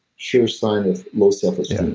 sure sign of low self-esteem,